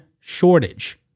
shortage